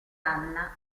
anna